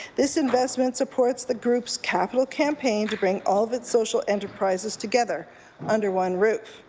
this investment supports the group's capital campaign to bring all the social enterprises together under one roof.